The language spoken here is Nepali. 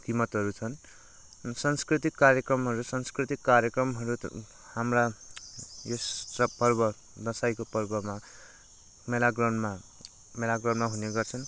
किमतहरू छन् सांस्कृतिक कार्यक्रमहरू सांस्कृतिक कार्यक्रमहरू त हाम्रा यस सब पर्व दसैँको पर्वमा मेला ग्राउन्डमा मेला ग्राउन्डमा हुने गर्छन्